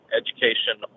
education